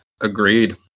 Agreed